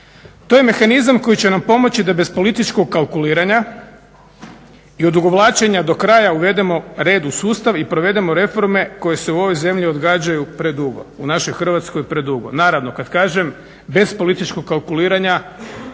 To je mehanizam koji će nam pomoći da bez političkog kalkuliranja i odugovlačenja do kraja uvedemo red u sustav i provedemo reforme koje se u ovoj zemlji odgađaju predugo, u našoj Hrvatskoj predugo. Naravno, kad kažem bez političkog kalkuliranja,